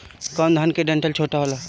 कौन धान के डंठल छोटा होला?